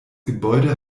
gebäude